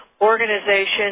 Organization